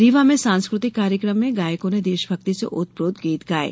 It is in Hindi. रीवा में सांस्कृतिक कार्यक्रम में गायकों ने देशभक्ति से ओतप्रोत गीत गाये